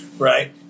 Right